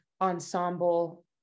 ensemble